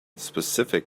specific